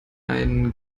einen